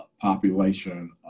population